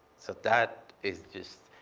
so that is just.